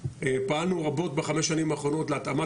פעלנו רבות בחמש שנים האחרונות להתאמת